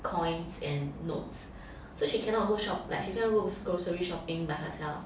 coins and notes so she cannot go shop like she cannot go grocery shopping by herself